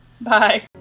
bye